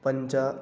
पञ्च